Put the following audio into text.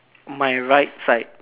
my right side